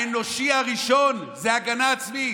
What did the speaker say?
האנושי הראשון, הוא הגנה עצמית.